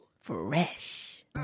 Fresh